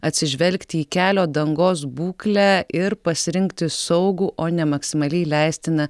atsižvelgti į kelio dangos būklę ir pasirinkti saugų o ne maksimaliai leistiną